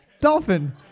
Dolphin